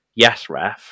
Yesref